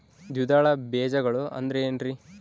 ದ್ವಿದಳ ಬೇಜಗಳು ಅಂದರೇನ್ರಿ?